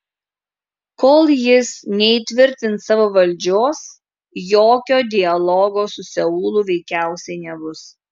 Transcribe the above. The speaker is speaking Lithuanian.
kol jis neįtvirtins savo valdžios jokio dialogo su seulu veikiausiai nebus